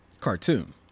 cartoon